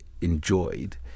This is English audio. enjoyed